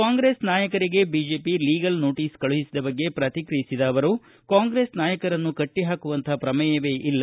ಕಾಂಗ್ರೆಸ್ ನಾಯಕರಿಗೆ BJP legal notice ಕಳುಹಿಸಿದ ಬಗ್ಗೆ ಪ್ರತಿಕ್ರಿಯಿಸಿದ ಅವರು ಕಾಂಗ್ರೆಸ್ ನಾಯಕರನ್ನು ಕಟ್ಟ ಹಾಕುವಂಥ ಪ್ರಮೇಯವೇ ಇಲ್ಲ